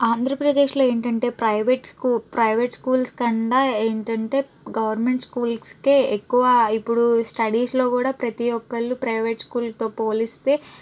ఆంధ్రప్రదేశ్లో ఏంటంటే private school private schools కన్నా ఏంటంటే గవర్నమెంట్ స్కూల్స్కే ఎక్కువ ఇప్పుడు స్టడీస్లో కూడా ప్రతి ఒక్కళ్ళు ప్రైవేట్ స్కూల్తో పోలిస్తే